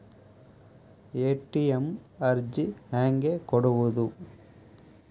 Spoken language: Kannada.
ಎ.ಟಿ.ಎಂ ಅರ್ಜಿ ಹೆಂಗೆ ಕೊಡುವುದು?